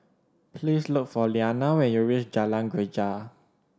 please look for Lilianna when you reach Jalan Greja